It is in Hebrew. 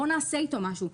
בואו נעשה אתו משהו.